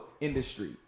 industry